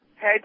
Hey